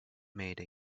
made